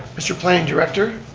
mr. planning director,